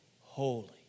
holy